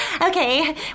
Okay